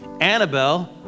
Annabelle